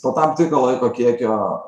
po tam tikro laiko kiekio